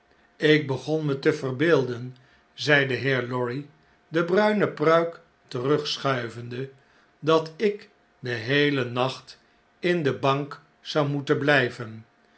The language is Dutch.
lk begon me te verbeelden zei de heer lorry de bruine pruik terugschuivende dat ik den heelen nacht in de bank zou moeten blijven